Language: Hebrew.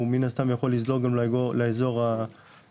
הוא מן הסתם יכול לזלוג גם לאזור של הטרור.